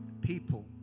people